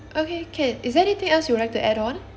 okay can is there anything else you would like to add on